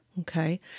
Okay